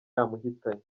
yamuhitanye